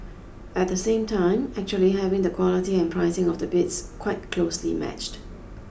at the same time actually having the quality and pricing of the bids quite closely matched